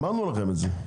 אמרנו לכם את זה.